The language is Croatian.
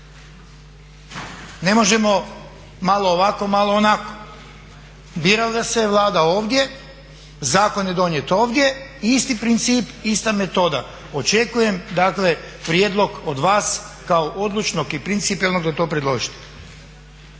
Ne možemo malo ovako, malo onako. Birala se Vlada ovdje, zakon je donijet ovdje, isti princip, ista metoda. Očekujem dakle prijedlog od vas kao odlučnog i principijelnog da to predložite.